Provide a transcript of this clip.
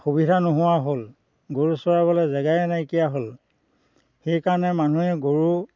সুবিধা নোহোৱা হ'ল গৰু চৰাবলৈ জাগায়ে নাইকীয়া হ'ল সেইকাৰণে মানুহে গৰু